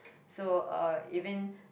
so um even